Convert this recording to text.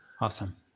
Awesome